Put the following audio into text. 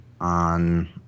on